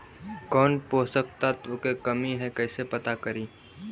कौन पोषक तत्ब के कमी है कैसे पता करि?